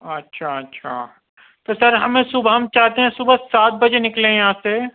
اچھا اچھا تو سر ہمیں صبح ہم چاہتے ہیں صبح سات بجے نکلیں یہاں سے